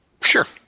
Sure